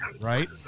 right